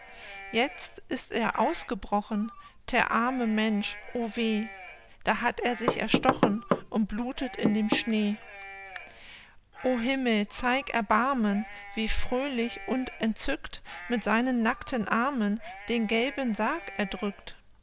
jetzt ist er ausgebrochen ter arme mensch o weh da hat er sich erstochen und blutet in dem schnee o himmel zeig erbarmen wie fröhlich und entzückt mit seinen nackten armen den gelben sarg er